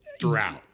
throughout